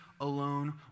alone